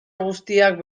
guztiak